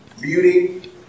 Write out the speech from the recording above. beauty